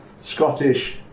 Scottish